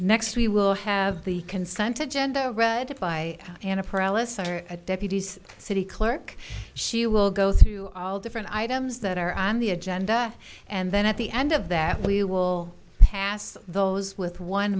next we will have the consented gender read by an upright a deputy's city clerk she will go through all different items that are on the agenda and then at the end of that we will pass those with one